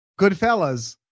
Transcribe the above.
Goodfellas